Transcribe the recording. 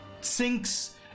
sinks